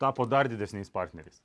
tapo dar didesniais partneriais